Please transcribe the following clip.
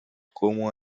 como